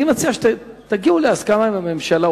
אני מציע שתגיעו להסכמה עם הממשלה,